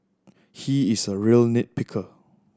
he is a real nit picker